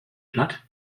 platt